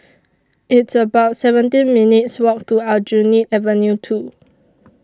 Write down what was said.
It's about seventeen minutes' Walk to Aljunied Avenue two